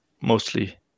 mostly